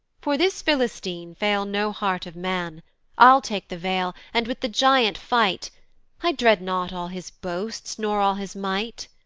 for this philistine fail no heart of man i'll take the vale, and with the giant fight i dread not all his boasts, nor all his might.